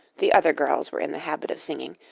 the other girls were in the habit of singing,